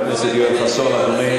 לאחר שהרוצח עשה את הפיגוע.